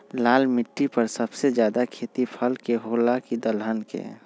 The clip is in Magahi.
लाल मिट्टी पर सबसे ज्यादा खेती फल के होला की दलहन के?